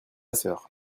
sœur